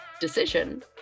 decision